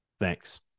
Thanks